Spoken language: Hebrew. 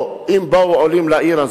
או אם באו עולים לעיר,